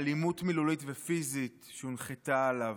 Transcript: אלימות מילולית ופיזית שהונחתה עליו,